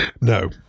No